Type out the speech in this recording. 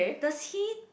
does he